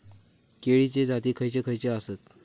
केळीचे जाती खयचे खयचे आसत?